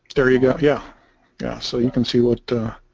there you go yeah yeah so you can see what to